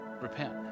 repent